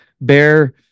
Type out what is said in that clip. bear